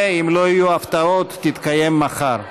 שאם לא יהיו הפתעות, תתקיים מחר.